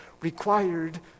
required